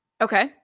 Okay